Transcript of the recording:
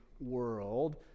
world